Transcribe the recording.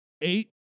Eight